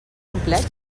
complet